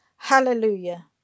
Hallelujah